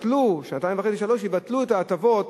שנתיים וחצי, שלוש שנים, יבטלו את ההטבות